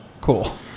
Cool